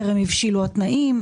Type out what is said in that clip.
טרם הבשילו התנאים,